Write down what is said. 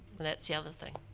and that's the other thing.